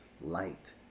light